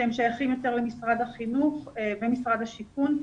שהם שייכים יותר למשרד החינוך ומשרד השיכון.